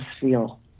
feel